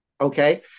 Okay